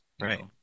Right